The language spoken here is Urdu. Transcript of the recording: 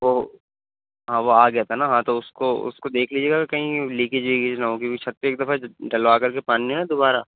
وہ ہاں وہ آ گیا تھا نا ہاں تو اس کو اس کو دیکھ لیجیے گا کہیں لیکیج ویکیج نہ ہوگی چھت پہ ایک دفعہ ڈلوا کر کے پانی نہ دوبارہ